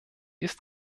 ist